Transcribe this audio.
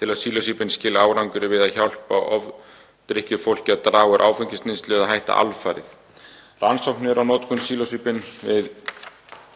til að sílósíbín skili árangri við að hjálpa ofdrykkjufólki að draga úr áfengisneyslu eða hætta alfarið. Rannsóknir á notkun sílósíbíns við